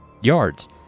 yards